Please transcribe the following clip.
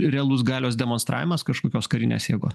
realus galios demonstravimas kažkokios karinės jėgos